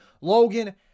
Logan